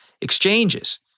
exchanges